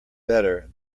better